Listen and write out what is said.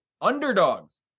underdogs